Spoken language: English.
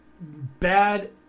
bad